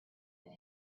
that